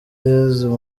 yezu